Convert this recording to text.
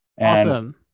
Awesome